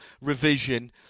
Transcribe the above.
revision